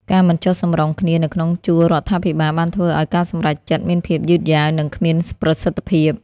ការមិនចុះសម្រុងគ្នានៅក្នុងជួររដ្ឋាភិបាលបានធ្វើឲ្យការសម្រេចចិត្តមានភាពយឺតយ៉ាវនិងគ្មានប្រសិទ្ធភាព។